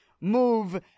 move